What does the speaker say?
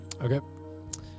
Okay